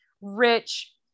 rich